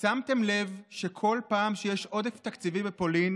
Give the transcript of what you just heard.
שמתם לב שכל פעם שיש עודף תקציבי בפולין